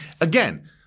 again